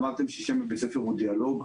אמרתם ששם בית הספר הוא "דיאלוג".